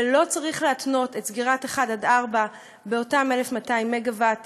ולא צריך להתנות את סגירת 1 4 באותם 1,200 מגוואט